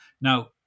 Now